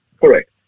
Correct